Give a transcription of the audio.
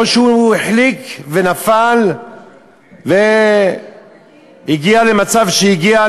או שהוא החליק ונפל והגיע למצב שהגיע,